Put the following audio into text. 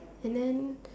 and then